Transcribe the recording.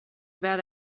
bad